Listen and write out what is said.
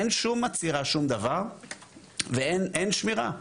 אין שום עצירה, שום דבר ואין שמירה.